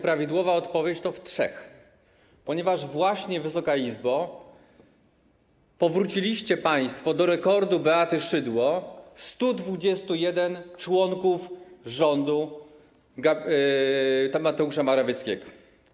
Prawidłowa odpowiedź: w trzech, ponieważ właśnie, Wysoka Izbo, powróciliście państwo do rekordu Beaty Szydło - 121 członków rządu Mateusza Morawieckiego.